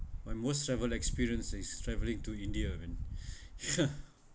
my worst travel experience is travelling to india man